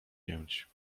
pięć